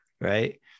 right